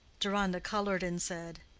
deronda colored and said,